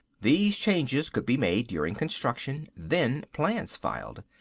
these changes could be made during construction, then plans filed.